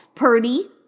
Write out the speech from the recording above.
Purdy